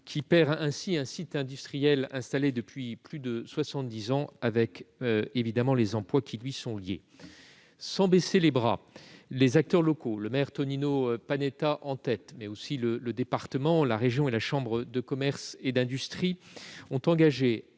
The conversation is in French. qui voit ainsi partir un site industriel installé depuis plus de soixante-dix ans, avec les emplois qui lui sont liés. Sans baisser les bras, les acteurs locaux- le maire Tonino Panetta en tête, le département, la région et la chambre de commerce et d'industrie -ont engagé